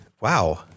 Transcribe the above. Wow